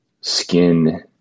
skin